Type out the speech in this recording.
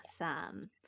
Awesome